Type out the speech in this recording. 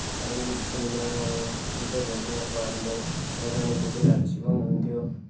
primary स्कुलमा अब टिचरहरूले अब हामीलाई नजानेको कुराहरू सिकाउनुहुन्थ्यो